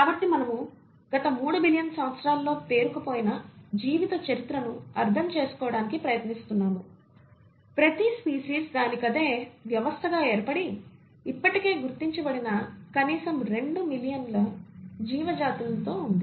కాబట్టి మనము గత 3 బిలియన్ సంవత్సరాలలో పేరుకుపోయిన జీవిత చరిత్రను అర్థం చేసుకోవడానికి ప్రయత్నిస్తున్నాము ప్రతి స్పీసీస్ దానికదే వ్యవస్థగా ఏర్పడి ఇప్పటికే గుర్తించబడిన కనీసం 2 మిలియన్ల జీవ జాతులు తో ఉంది